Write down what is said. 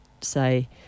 say